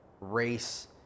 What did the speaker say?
Race